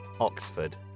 Oxford